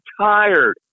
tired